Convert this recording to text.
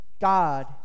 God